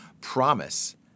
promise